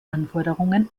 anforderungen